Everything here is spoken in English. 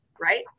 right